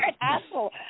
asshole